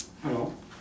hello